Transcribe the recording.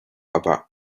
about